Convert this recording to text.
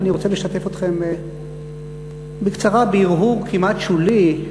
ואני רוצה לשתף אתכם בקצרה בהרהור כמעט שולי,